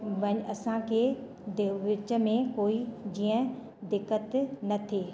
one असांखे देउ विच में कोई जीअं दिक़त न थिए